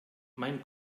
mein